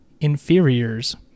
inferiors